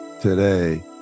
today